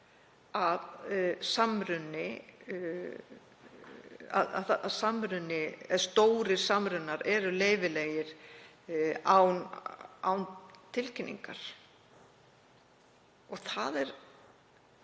að stórir samrunar eru leyfilegir án tilkynningar. Það er